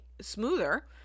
smoother